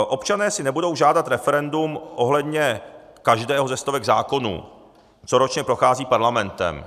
Občané si nebudou žádat referendum ohledně každého ze stovek zákonů, co ročně prochází parlamentem.